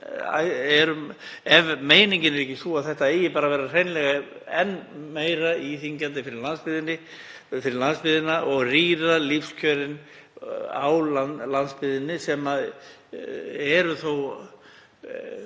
ef meiningin er ekki sú að þetta eigi hreinlega að vera enn meira íþyngjandi fyrir landsbyggðina og rýra lífskjörin á landsbyggðinni sem eru þó